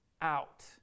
out